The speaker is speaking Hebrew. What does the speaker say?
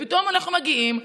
פתאום אנחנו מגיעים היום,